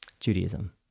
Judaism